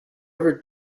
ever